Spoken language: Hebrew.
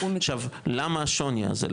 עכשיו, למה השונה הזה?